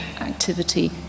activity